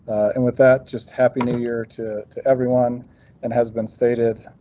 and with that just happy new year to to everyone and has been stated